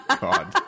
God